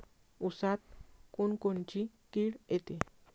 ऊसात कोनकोनची किड येते?